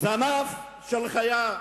זנב של חיה.